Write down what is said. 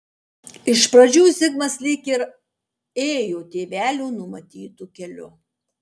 iš pradžių zigmas lyg ir ėjo tėvelių numatytu keliu